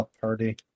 party